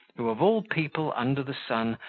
who, of all people under the sun,